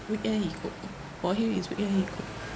weekend he cook for him is weekend he cook